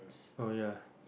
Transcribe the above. oh ya